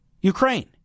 Ukraine